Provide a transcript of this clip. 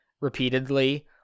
repeatedly